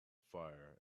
fire